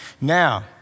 Now